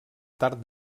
tard